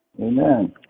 Amen